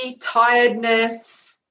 tiredness